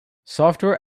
software